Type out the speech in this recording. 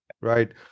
right